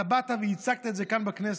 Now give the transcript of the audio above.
אתה באת והצגת את זה כאן בכנסת.